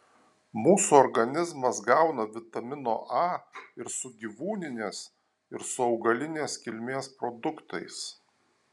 mūsų organizmas gauna vitamino a ir su gyvūninės ir su augalinės kilmės produktais